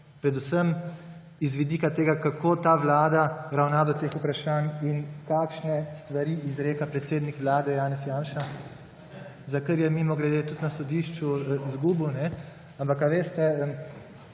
predvsem z vidika tega, kako ta vlada ravna do teh vprašanj in kakšne stvari izreka predsednik Vlade Janez Janša, za kar je, mimogrede, tudi na sodišču izgubil. Ampak veste,